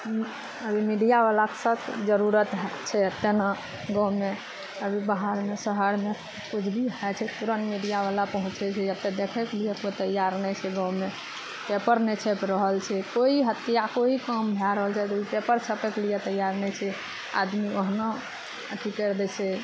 अभी मीडिया वाला सब जरूरत छै एते ने गाँवमे अभी बाहरमे शहरमे किछु भी होइ छै तुरन्त मीडिया वला पहुँचय छै जते देखयके लिए तैयार नहि छै गाँवमे पेपर नहि छपि रहल छै कोइ हत्या कोइ काम भए रहल छै तऽ पेपर छपैके लिए तैयार नहि छै आदमी ओहनो अथी करि दै छै